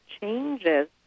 changes